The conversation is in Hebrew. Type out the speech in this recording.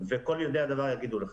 וכל יודעי הדבר יגידו את זה.